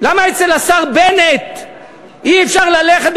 למה אצל השר בנט אי-אפשר ללכת,